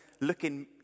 looking